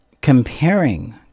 comparing